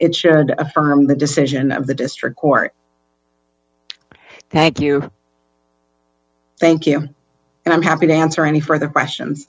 it should affirm the decision of the district court thank you thank you and i'm happy to answer any further questions